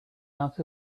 out